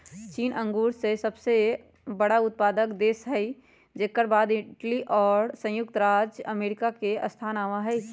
चीन अंगूर के सबसे बड़ा उत्पादक देश हई जेकर बाद इटली और संयुक्त राज्य अमेरिका के स्थान आवा हई